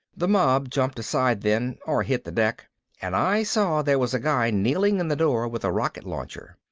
the mob jumped aside then or hit the deck and i saw there was a guy kneeling in the door with a rocket launcher.